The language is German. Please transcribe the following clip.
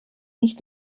nicht